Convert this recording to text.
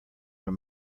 were